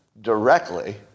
directly